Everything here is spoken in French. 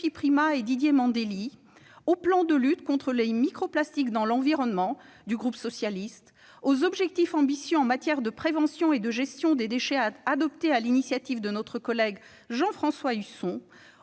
Primas et Didier Mandelli ; au plan de lutte contre les microplastiques dans l'environnement, proposé par les élus du groupe socialiste ; aux objectifs ambitieux en matière de prévention et de gestion des déchets, adoptés sur l'initiative de notre collègue Jean-François Husson